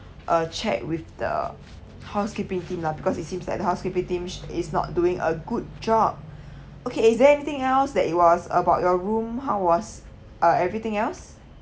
uh check with the housekeeping team lah because it seems like the housekeeping teams is not doing a good job okay is there anything else that it was about your room how was uh everything else